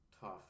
tough